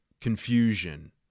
confusion